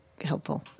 helpful